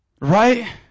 right